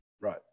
right